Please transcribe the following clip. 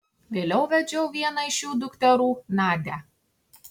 vėliau vedžiau vieną iš jų dukterų nadią